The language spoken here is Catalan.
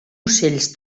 ocells